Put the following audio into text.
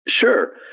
Sure